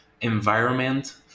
environment